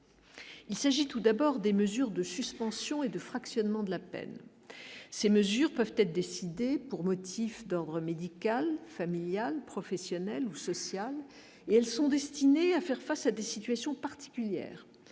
il s'agit tout d'abord des mesures de suspension et de fractionnement de la peine, ces mesures peuvent être décidées pour motif d'ordre médical, familiale, professionnelle ou sociale et elles sont destinées à faire face à des situations particulières